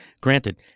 granted